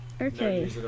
Okay